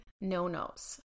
no-nos